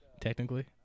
technically